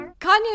Kanye